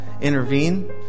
intervene